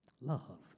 Love